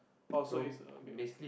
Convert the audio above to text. also is okay